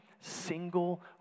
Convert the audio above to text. single